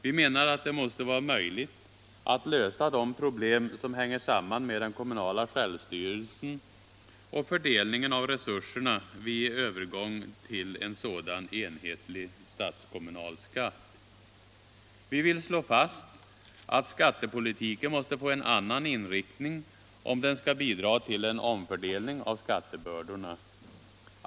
Vi menar att det måste vara möjligt att lösa de problem som hänger samman med den kommunala självstyrelsen och fördelningen av resurserna vid övergång till en sådan enhetlig statskommunal skatt. Vi vill slå fast att skattepolitiken måste få en annan inriktning om den skall bidra till en omfördelning av skattebördorna.